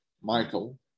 Michael